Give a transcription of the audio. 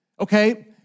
okay